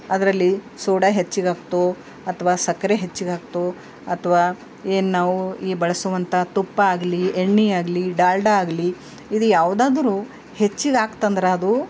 ಅದರಲ್ಲಿ ಸೋಡ ಹೆಚ್ಚಿಗ್ಹಾಕ್ತು ಅಥ್ವಾ ಸಕ್ಕರೆ ಹೆಚ್ಚಿಗ್ಹಾಕ್ತು ಅಥ್ವಾ ಏನು ನಾವು ಈ ಬಳಸುವಂಥ ತುಪ್ಪ ಆಗಲಿ ಎಣ್ಣೆ ಆಗಲಿ ಡಾಲ್ಡ ಆಗಲಿ ಇದು ಯಾವುದಾದ್ರೂ ಹೆಚ್ಚಿಗ್ಹಾಕ್ತಂದ್ರೆ ಅದು